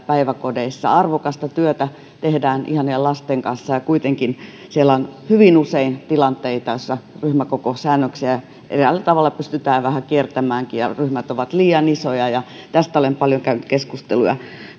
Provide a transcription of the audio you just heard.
päiväkodeissa arvokasta työtä tehdään ihanien lasten kanssa ja kuitenkin siellä on hyvin usein tilanteita joissa ryhmäkokosäännöksiä eräällä tavalla pystytään vähän kiertämäänkin ja ryhmät ovat liian isoja tästä olen paljon käynyt keskusteluja